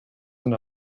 into